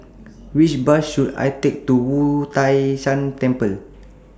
Which Bus should I Take to Wu Tai Shan Temple